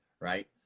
right